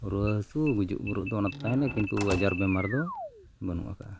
ᱨᱩᱣᱟᱹᱼᱦᱟᱹᱥᱩ ᱜᱩᱡᱩᱜᱼᱜᱩᱨᱩᱜ ᱫᱚ ᱚᱱᱟ ᱛᱟᱦᱮᱱᱟ ᱠᱤᱱᱛᱩ ᱟᱡᱟᱨ ᱵᱤᱢᱟᱨ ᱫᱚ ᱵᱟᱹᱱᱩᱜ ᱟᱠᱟᱫᱼᱟ